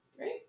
right